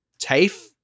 tafe